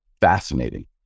Fascinating